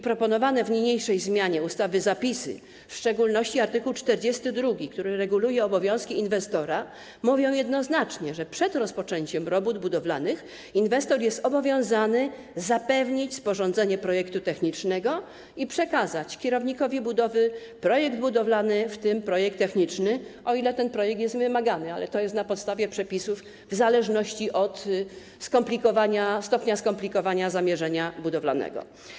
Proponowane w niniejszej zmianie ustawy zapisy, w szczególności art. 42, który reguluje obowiązki inwestora, mówią jednoznacznie, że przed rozpoczęciem robót budowlanych inwestor jest obowiązany zapewnić sporządzenie projektu technicznego i przekazać kierownikowi budowy projekt budowlany, w tym projekt techniczny, o ile ten projekt jest wymagany - ale to, na podstawie przepisów, w zależności od stopnia skomplikowania zamierzenia budowlanego.